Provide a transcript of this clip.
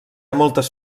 moltes